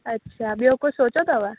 अच्छा ॿियो कुझु सोचियो अथव